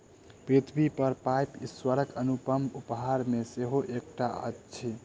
पृथ्वीपर पाइन ईश्वरक अनुपम उपहार मे सॅ एकटा अछि